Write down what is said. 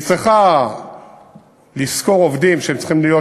היא צריכה לשכור עובדים שצריכים להיות,